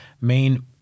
main